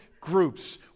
groups